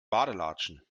badelatschen